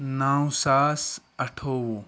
نَو ساس اَٹھووُہ